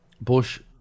Bush